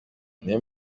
niwe